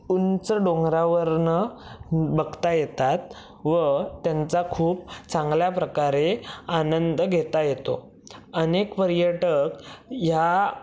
उंच डोंगरावरनं बघता येतात व त्यांचा खूप चांगल्या प्रकारे आनंद घेता येतो अनेक पर्यटक ह्या